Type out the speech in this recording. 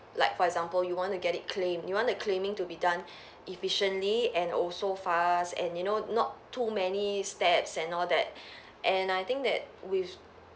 like for example you want to get it claimed you want the claiming to be done efficiently and also fast and you know not too many steps and all that and I think that with